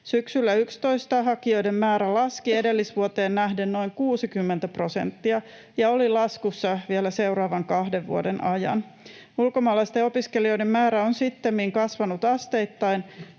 Syksyllä 11 hakijoiden määrä laski edellisvuoteen nähden noin 60 prosenttia ja oli laskussa vielä seuraavan kahden vuoden ajan. Ulkomaalaisten opiskelijoiden määrä on sittemmin kasvanut asteittain